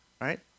right